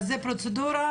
זאת הפרוצדורה.